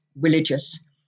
religious